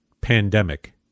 pandemic